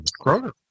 Kroger